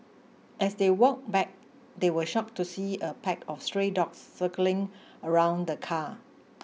as they walked back they were shocked to see a pack of stray dogs circling around the car